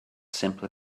simply